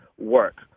work